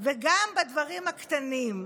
וגם בדברים הקטנים.